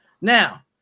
Now